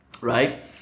right